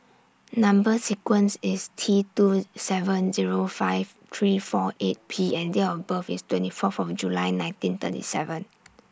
Number sequence IS T two seven Zero five three four eight P and Date of birth IS twenty Fourth of July nineteen thirty seven